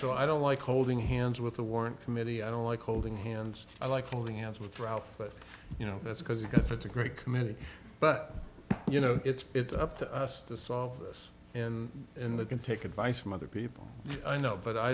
so i don't like holding hands with a warrant committee i don't like holding hands i like holding hands with drought but you know that's because it's such a great community but you know it's it's up to us to softness and in the can take advice from other people i know but i